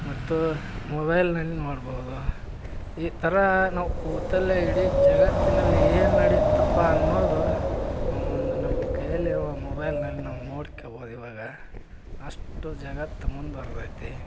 ಮತ್ತು ಮೊಬೈಲ್ನಲ್ಲಿ ನೋಡ್ಬೋದು ಈ ಥರ ನಾವು ಕೂತಲ್ಲೇ ಇಡೀ ಜಗತ್ತಿನಲ್ಲಿ ಏನು ನಡೆಯುತ್ತಪ್ಪ ಅನ್ನೋದು ನಾವೊಂದು ನಮ್ಮ ಕೈಯಲ್ಲಿರುವ ಮೊಬೈಲ್ನಲ್ಲಿ ನಾವು ನೋಡ್ಕ್ಯಬೋದು ಇವಾಗ ಅಷ್ಟು ಜಗತ್ತು ಮುಂದುವರ್ದೈತಿ